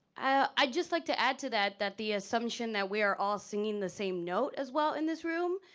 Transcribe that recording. i'd just like to add to that, that the assumption that we're all singing the same note as well in this room,